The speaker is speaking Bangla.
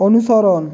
অনুসরণ